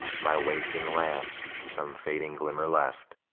my wasting lamps some fading glimmer left,